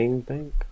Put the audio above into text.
bank